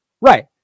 Right